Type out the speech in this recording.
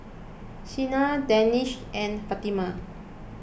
Senin Danish and Fatimah